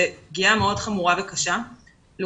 היא פגיעה מאוד קשה וחמורה.